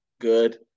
good